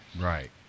Right